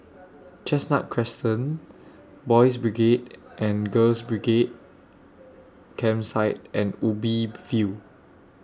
Chestnut Crescent Boys' Brigade and Girls' Brigade Campsite and Ubi View